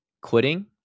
quitting